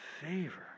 favor